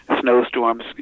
snowstorms